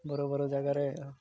ବଡ଼ ବଡ଼ ଜାଗାରେ